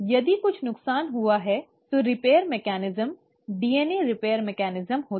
यदि कुछ नुकसान हुआ है तो repair mechanism DNA repair mechanism होता है